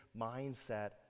mindset